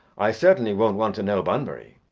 i certainly won't want to know bunbury.